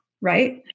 right